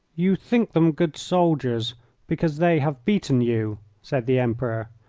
you think them good soldiers because they have beaten you, said the emperor,